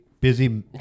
busy